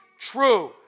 true